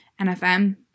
NFM